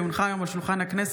כי הונחה היום על שולחן הכנסת,